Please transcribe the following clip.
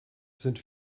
sind